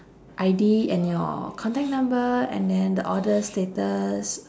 I D and your contact number and then the order status